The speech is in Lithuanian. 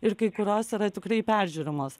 ir kai kurios yra tikrai peržiūrimos